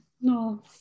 No